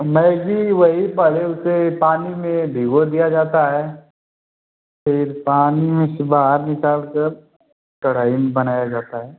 Maggi वही पहले उसे पानी में भिगो दिया जाता है फिर पानी में से बाहर निकालकर कढ़ाई में बनाया जाता है